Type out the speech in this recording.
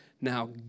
Now